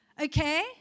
okay